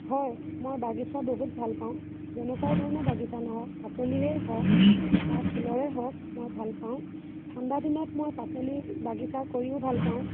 হয় মই বাগিচা বহুত ভাল পাওঁ যেনেকুৱাই ধৰণৰ বাগিচা নহওক পাচলিৰেই হওক বা ফুলৰে হওক মই ভাল পাওঁ ঠাণ্ডা দিনত মই পাচলি বাগিচা কৰিও ভাল পাওঁ